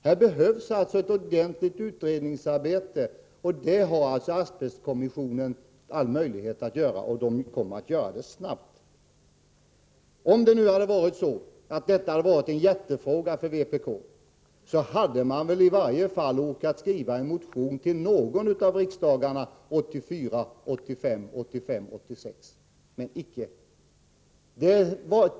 Här behövs alltså ett ordentligt utredningsarbete. Det har asbestkommissionen all möjlighet att göra, och den kommer att göra det snabbt. Om nu detta hade varit en hjärtefråga för vpk, hade man i varje fall orkat skriva en motion till någon av riksdagarna 1983 85 — men icke.